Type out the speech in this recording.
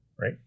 right